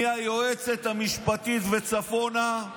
מהיועצת המשפטית וצפונה,